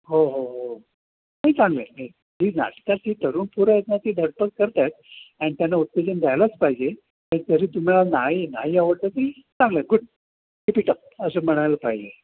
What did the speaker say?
हो हो हो हो नाही चांगलं आहे नाही ती नाटकात ती तरूण पोरं आहेत ना ती धडपडत आहेत आणि त्यांना उत्तेजन द्यायलाच पाहिजे तरी तुम्हाला नाही आवडतं तरी चांगलं आहे गुड कीपीटअप असं म्हणायला पाहिजे